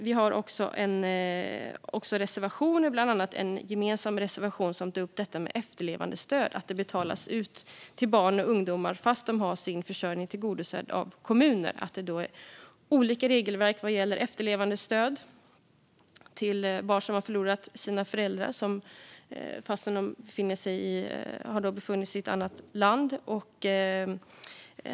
Vi har också reservationer, bland annat en gemensam reservation som tar upp detta med efterlevandestöd och att det betalas ut till barn och ungdomar fast de har sin försörjning tillgodosedd av kommunen. Regelverket om efterlevandestöd är olika för barn som har förlorat sina föräldrar när de befunnit sig i ett annat land.